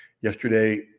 Yesterday